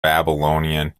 babylonian